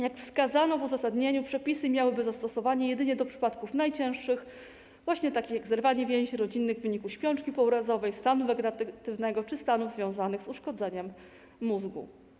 Jak wskazano w uzasadnieniu, przepisy miałyby zastosowanie jedynie do przypadków najcięższych, właśnie takich jak zerwanie więzi rodzinnych w wyniku śpiączki pourazowej, stanu wegetatywnego czy stanów związanych z uszkodzeniem mózgu.